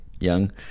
young